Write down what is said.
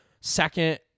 second